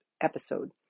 episode